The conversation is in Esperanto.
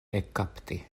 ekkapti